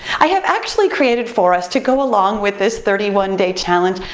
i have actually created for us to go along with this thirty one day challenge,